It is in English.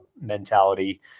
mentality